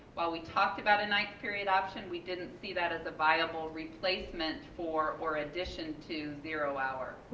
while we talked about a ninth period option, we didn't see that as a viable replacement for or addition to zero hour.